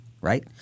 Right